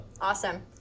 Awesome